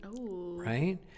right